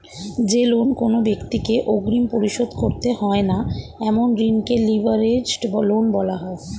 যে লোন কোনো ব্যাক্তিকে অগ্রিম পরিশোধ করতে হয় না এমন ঋণকে লিভারেজড লোন বলা হয়